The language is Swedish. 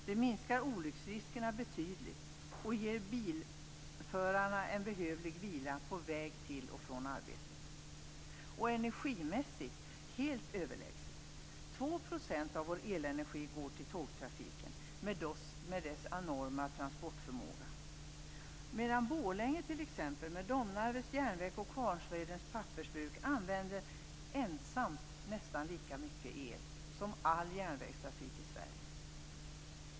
Det minskar olycksriskerna betydligt och ger bilförarna en behövlig vila på väg till och från arbetet. Energimässigt är det helt överlägset. 2 % av vår elenergi går till tågtrafiken med dess enorma transportförmåga, medan Borlänge, t.ex., med Domnarvets järnverk och Kvarnsvedens pappersbruk, ensamt använder nästan lika mycket el som all järnvägstrafik i Sverige.